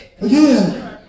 Again